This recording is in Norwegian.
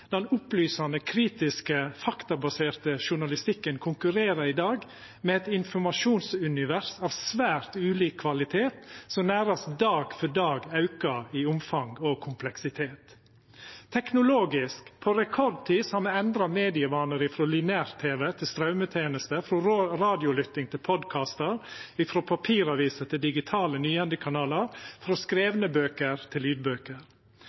Den opplysande, kritiske, faktabaserte journalistikken konkurrerer i dag med eit informasjonsunivers av svært ulik kvalitet som nærast dag for dag aukar i omfang og kompleksitet. Teknologisk: På rekordtid har me endra medievanar frå lineær TV til strøymetenester, frå radiolytting til podkastar, frå papiraviser til digitale nyhendekanalar, frå skrivne bøker til lydbøker.